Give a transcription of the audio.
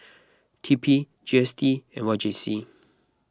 T P G S T and Y J C